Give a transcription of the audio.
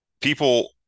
people